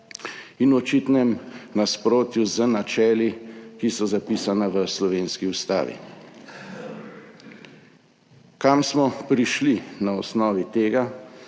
in v očitnem nasprotju z načeli, ki so zapisana v slovenski ustavi. Kam smo prišli na osnovi tega,